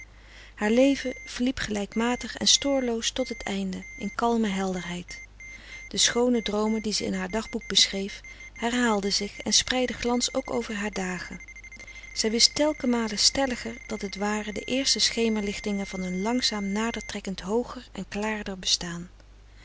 haar leven verliep gelijkmatig en stoorloos tot het einde in kalme helderheid de schoone droomen die zij in haar dagboek beschreef herhaalden zich en spreidden glans ook over haar dagen zij wist telkenmale stelliger dat het waren de eerste schemer lichtingen van een langzaam nader trekkend hooger en klaarder bestaan